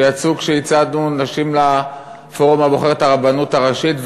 שיצאו כשהצעדנו נשים לפורום הבוחר את הרבנות הראשית.